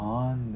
on